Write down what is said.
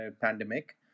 pandemic